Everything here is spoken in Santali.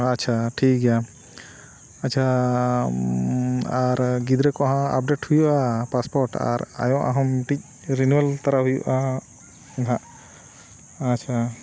ᱟᱪᱪᱷᱟ ᱴᱷᱤᱠ ᱜᱮᱭᱟ ᱟᱪᱪᱷᱟ ᱟᱨ ᱜᱤᱫᱽᱨᱟᱹ ᱠᱚᱣᱟᱜ ᱦᱚᱸ ᱟᱯᱰᱮᱴ ᱦᱩᱭᱩᱜᱼᱟ ᱯᱟᱥᱯᱳᱨᱴ ᱟᱨ ᱟᱭᱳᱣᱟᱜᱦᱚᱸ ᱢᱤᱫᱴᱤᱡ ᱨᱤᱱᱩᱣᱮᱞ ᱛᱟᱨᱟ ᱦᱩᱭᱩᱜᱼᱟ ᱦᱟᱸᱜ ᱟᱪᱪᱷᱟ